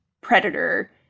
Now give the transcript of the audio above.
predator